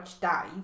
died